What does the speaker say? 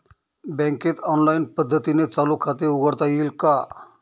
बँकेत ऑनलाईन पद्धतीने चालू खाते उघडता येईल का?